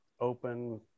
open